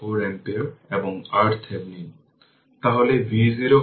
সুতরাং এটি মূলত ix 0 হবে